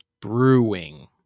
Brewing